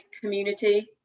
community